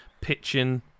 pitching